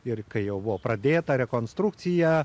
ir kai jau buvo pradėta rekonstrukcija